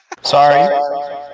sorry